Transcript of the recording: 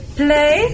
play